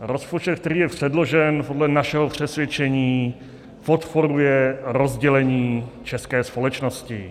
Rozpočet, který je předložen, podle našeho přesvědčení podporuje rozdělení české společnosti.